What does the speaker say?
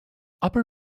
upper